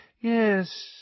Yes